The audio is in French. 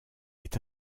est